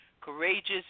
courageous